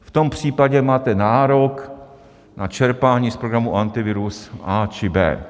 V tom případě máte nárok na čerpání z programu Antivirus A či B.